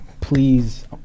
please